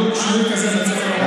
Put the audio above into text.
מצריך כמובן בחינה לגופה,